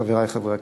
חברי חברי הכנסת.